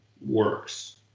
works